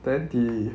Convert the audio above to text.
then the